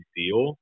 deal